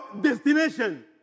destination